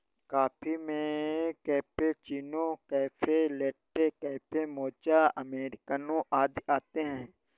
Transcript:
coffee में cappuccino, cafe latte, cafe mocha, अमेरिकनों आदि आते है